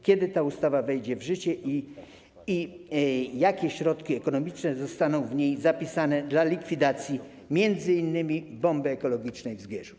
Kiedy ta ustawa wejdzie w życie i jakie środki ekonomiczne zostaną w niej zapisane dla likwidacji m.in. bomby ekologicznej w Zgierzu?